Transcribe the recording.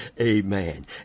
Amen